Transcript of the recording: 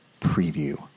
preview